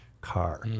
car